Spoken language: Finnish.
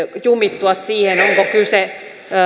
jumittua siihen onko kyse